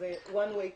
זה "one way ticket".